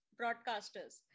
broadcasters